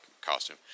costume